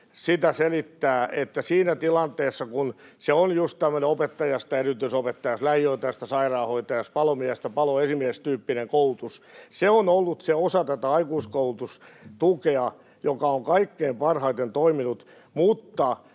että siinä tilanteessa, kun se on just tämmöinen opettajasta erityisopettajaksi-, lähihoitajasta sairaanhoitajaksi- tai palomiehestä paloesimieheksi ‑tyyppinen koulutus, niin se on ollut se osa tätä aikuiskoulutustukea, joka on kaikkein parhaiten toiminut,